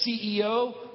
CEO